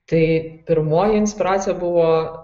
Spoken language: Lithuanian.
tai pirmoji inspiracija buvo